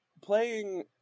playing